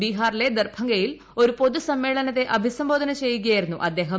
ബീഹാറിലെ ദർഭംഗയിൽ ഒരു പൊതുസമ്മേളനത്തെ അഭിസംബോധന ചെയ്യുകയായിരുന്നു അദ്ദേഹം